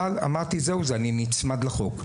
אבל אמרתי, זהו זה, אני נצמד לחוק.